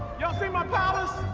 y'all see my palace?